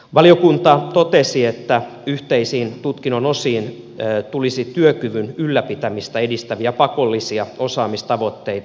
valiokunta totesi että yhteisiin tutkinnon osiin tulisi työkyvyn ylläpitämistä edistäviä pakollisia osaamistavoitteita